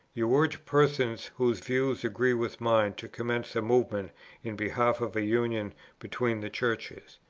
you urge persons whose views agree with mine to commence a movement in behalf of a union between the churches.